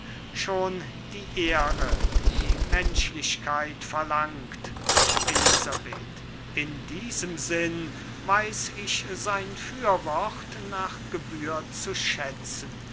schon die ehre die menschlichkeit verlangt elisabeth in diesem sinn weiß ich sein fürwort nach gebühr zu schätzen